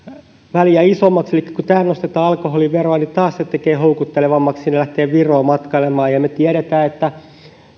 väliä isommaksi eli kun täällä nostetaan alkoholiveroa niin taas se tekee houkuttelevammaksi lähteä viroon matkailemaan ja me tiedämme että